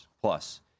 plus